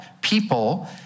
people